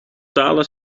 talen